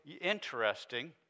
interesting